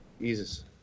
Jesus